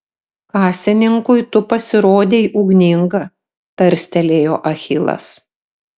kasininkui tu pasirodei ugninga tarstelėjo achilas